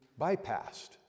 bypassed